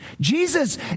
Jesus